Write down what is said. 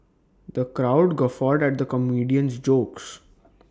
the crowd guffawed at the comedian's jokes